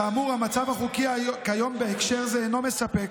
כאמור, המצב החוקי כיום בהקשר זה אינו מספק,